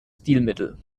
stilmittel